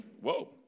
Whoa